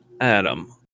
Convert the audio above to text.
Adam